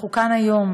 אנחנו כאן היום